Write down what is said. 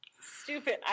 stupid